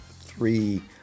three